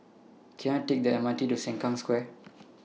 Can I Take The M R T to Sengkang Square